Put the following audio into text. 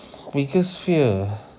biggest fear